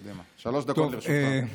קדימה, שלוש דקות לרשותך.